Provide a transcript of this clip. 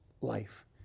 life